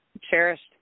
cherished